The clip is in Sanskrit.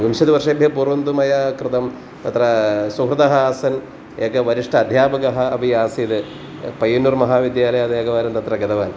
विंशतिवर्षेभ्य पूर्वन्तु मया कृतं तत्र सुहृदः आसन् एकः वरिष्ठः अध्यापकः अपि आसीत् पय्नुर् महाविद्यालयात् एकवारं तत्र गतवान्